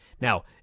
Now